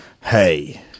Hey